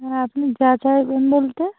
হ্যাঁ আপনি যা চাইবেন বলতে